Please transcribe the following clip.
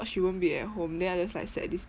she won't be at home then I just like set this